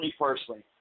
personally